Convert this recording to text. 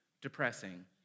depressing